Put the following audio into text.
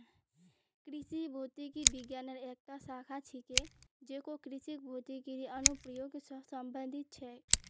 कृषि भौतिकी विज्ञानेर एकता शाखा छिके जेको कृषित भौतिकीर अनुप्रयोग स संबंधित छेक